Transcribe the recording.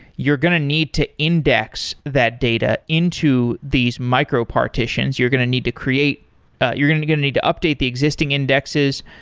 you're going to need to index that data into these micro-partitions. you're going to need to create you're going to need to update the existing indexes.